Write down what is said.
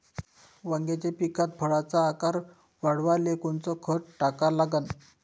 वांग्याच्या पिकात फळाचा आकार वाढवाले कोनचं खत टाका लागन?